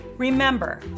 Remember